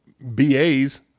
BAs